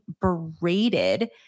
berated